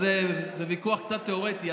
זה ויכוח קצת תיאורטי,